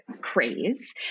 craze